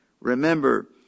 Remember